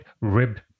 ribbed